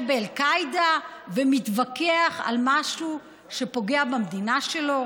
באל-קאעידה ומתווכח על משהו שפוגע במדינה שלו?